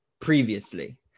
previously